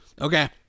Okay